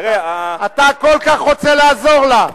אתה כל כך רוצה לעזור לה,